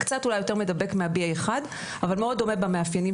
קצת אולי יותר מדבק מה- BA1 אבל מאוד דומה במאפיינים